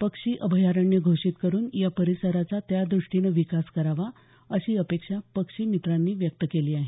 पक्षी अभयारण्य घोषित करून या परिसराचा त्यादृष्टीनं विकास करावा अशी अपेक्षा पक्षीमित्रांनी व्यक्त केली आहे